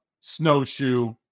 Snowshoe